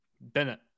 Bennett